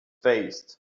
faced